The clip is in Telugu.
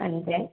అంతే